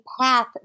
path